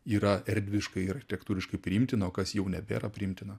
yra erdviškai ir architektūriškai priimtina o kas jau nebėra priimtina